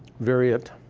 variant.